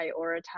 prioritize